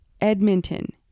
Edmonton